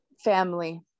family